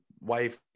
wife